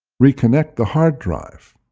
reconnect the hard drive.